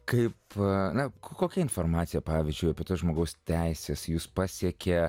kaip na kokia informacija pavyzdžiui apie žmogaus teises jus pasiekė